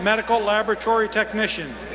medical laboratory technician.